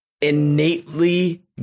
innately